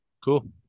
Cool